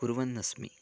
कुर्वन्नस्मि